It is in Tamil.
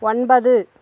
ஒன்பது